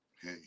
hey